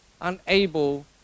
unable